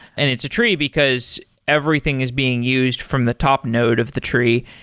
and it's a tree, because everything is being used from the top node of the tree.